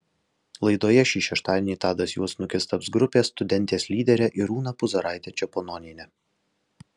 laidoje šį šeštadienį tadas juodsnukis taps grupės studentės lydere irūna puzaraite čepononiene